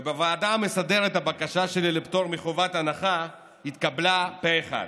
ובוועדה המסדרת הבקשה שלי לפטור מחובת הנחה התקבלה פה אחד.